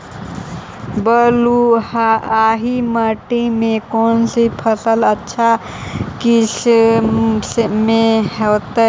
बलुआही मिट्टी में कौन से फसल अच्छा किस्म के होतै?